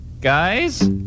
Guys